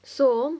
so